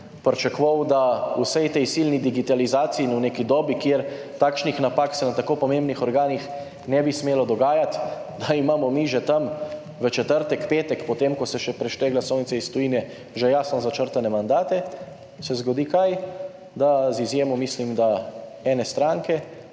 pričakoval, da v vsej tej silni digitalizaciji, in v neki dobi, kjer takšnih napak se na tako pomembnih organih ne bi smelo dogajati, da imamo mi že tam v četrtek, petek, potem ko se še prešteje glasovnice iz tujine, že jasno začrtane mandate. Se zgodi kaj? Da z izjemo, mislim, da ene stranke,